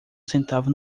centavo